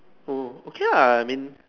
oh okay ah I mean